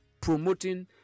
promoting